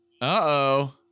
Uh-oh